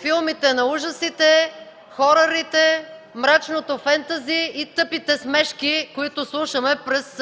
филмите на ужасите, хорърите, мрачното фентъзи и тъпите смешки, които слушаме през